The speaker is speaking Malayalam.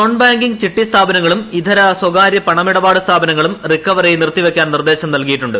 നോൺ ബാങ്കിങ് ചിട്ടി സ്ഥാപനങ്ങളും ഇതര സ്വകാര്യ പണമിടപാ ട്ട് സ്ഥാപനങ്ങളും റിക്കവറി നിർത്തിവെക്കാൻ നിർദേശം നൽകിയി ട്ടുണ്ട്